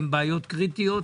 הן בעיות קריטיות.